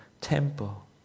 temple